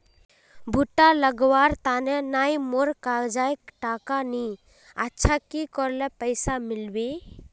भुट्टा लगवार तने नई मोर काजाए टका नि अच्छा की करले पैसा मिलबे?